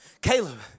Caleb